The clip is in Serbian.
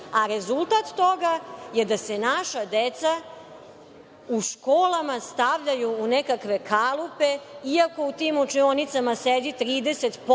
a rezultat toga je da se naša deca u školama stavljaju u nekakve kalupe, iako u tim učionicama sedi 30